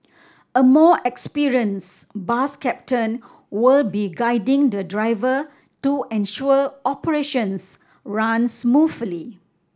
a more experienced bus captain will be guiding the driver to ensure operations run smoothly